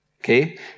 Okay